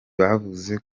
bavuze